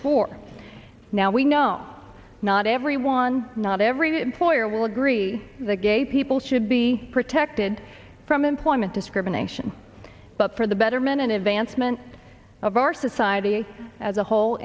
four now we know not everyone not every employer will agree that gay people should be protected from employment discrimination but for the betterment and advancement of our society as a whole